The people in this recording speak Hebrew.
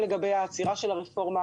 העניינית שלה.